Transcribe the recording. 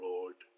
Lord